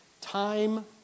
time